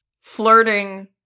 flirting